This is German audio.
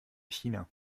china